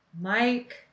Mike